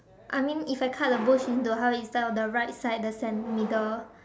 I mean if I cut the bush into half it fell the right side the cen~ middle